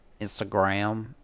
Instagram